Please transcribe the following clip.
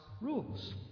rules